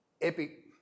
epic